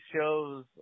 shows